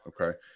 okay